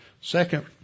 Second